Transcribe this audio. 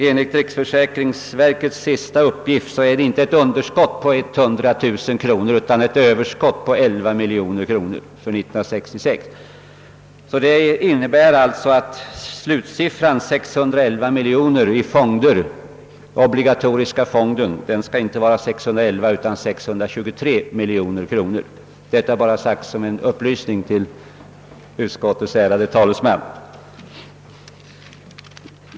Enligt riksförsäkringsverkets senaste uppgift är det inte ett underskott på 100 000 kronor utan ett överskott på 11 miljoner kronor för år 1966. Det innebär alltså att slutsiffran 611 miljoner kronor i fonderna för den obligatoriska sjukförsäkringen i stället skall vara 623 miljoner kronor, detta nämnt som en upplysning till utskottets ärade talesman.